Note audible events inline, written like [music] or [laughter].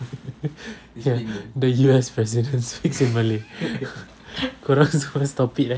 [laughs] the U_S president speaks in malay [laughs] kau orang semua stop it eh